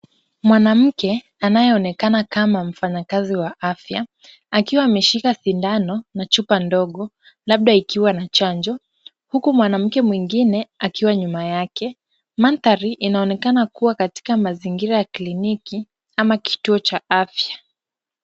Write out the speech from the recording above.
Mwanamke anayeonekana kama mfanyakazi wa afya akiwa ameshika sindano na chupa ndogo labda ikiwa na chanjo huku mwanamke mwingine akiwa nyuma yake. Mandhari inaonekana kuwa katika mazingira ya kliniki ama kituo cha afya.